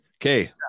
Okay